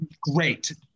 Great